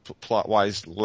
plot-wise